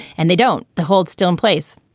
and they don't the hold still in place.